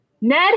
Ned